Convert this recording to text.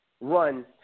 run